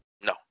no